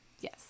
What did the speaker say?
Yes